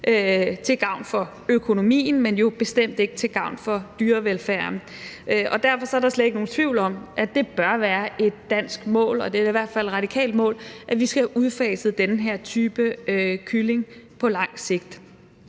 til gavn for økonomien, men jo bestemt ikke til gavn for dyrevelfærden. Og derfor er der slet ikke nogen tvivl om, at det bør være et dansk mål, og det er i hvert fald et radikalt mål, at vi skal have udfaset den her type kylling på lang sigt.